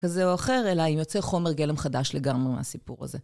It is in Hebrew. כזה או אחר, אלא אם יוצא חומר גלם חדש לגמרי מהסיפור הזה.